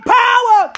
power